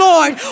Lord